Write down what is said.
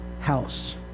house